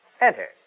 Enter